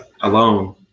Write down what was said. alone